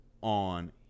on